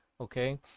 okay